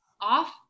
off